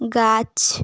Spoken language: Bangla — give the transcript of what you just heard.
গাছ